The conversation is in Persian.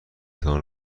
تان